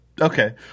okay